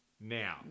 Now